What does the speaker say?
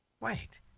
Wait